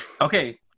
Okay